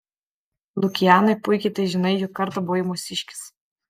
lukianai puikiai tai žinai juk kartą buvai mūsiškis